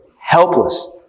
helpless